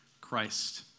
Christ